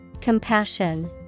Compassion